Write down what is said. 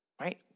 right